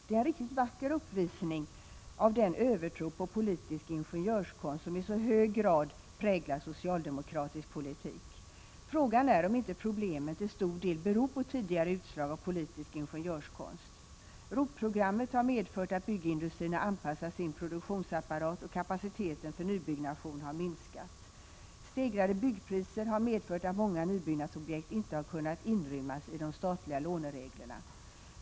Det är en riktigt vacker uppvisning av den övertro på politisk ingenjörskonst som i så hög grad präglar socialdemokratisk politik. Frågan är om inte problemen till stor del beror på tidigare utslag av politisk ingenjörskonst. ROT-programmet har medfört att byggindustrin har anpassat sin produktionsapparat och kapaciteten för nybyggnation har minskat. Stegrade byggpriser har medfört att många nybyggnadsobjekt inte har kunnat inrymmas i de statliga lånereglerna.